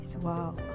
wow